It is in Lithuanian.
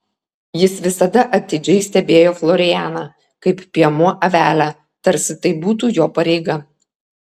jis visada atidžiai stebėjo florianą kaip piemuo avelę tarsi tai būtų jo pareiga